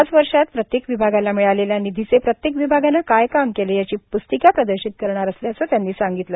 पाच वर्षात प्रत्येक विभागाला मिळालेल्या निधीचे प्रत्येक विभागाने काय काम केलं याची प्स्तिका प्रदर्शित करणार असल्याचं त्यांनी सांगितलं